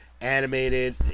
animated